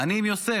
אני עם יוסף,